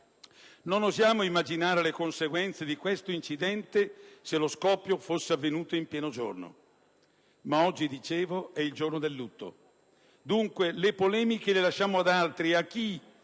Non osiamo immaginare le conseguenze di questo incidente se lo scoppio fosse avvenuto in pieno giorno! Ma oggi, dicevo, è il giorno del lutto. Dunque, le polemiche le lasciamo ad altri: